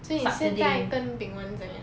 所以你现在跟 bing wen 怎样